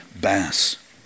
bass